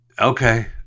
Okay